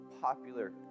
popular